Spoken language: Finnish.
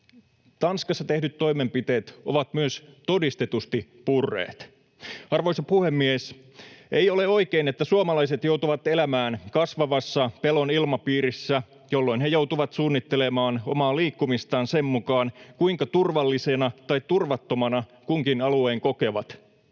Tanskassa tehdyt toimenpiteet ovat myös todistetusti purreet. Arvoisa puhemies! Ei ole oikein, että suomalaiset joutuvat elämään kasvavassa pelon ilmapiirissä, jolloin he joutuvat suunnittelemaan omaa liikkumistaan sen mukaan, kuinka turvallisena tai turvattomana kunkin alueen kokevat.